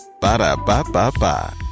Ba-da-ba-ba-ba